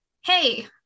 Hey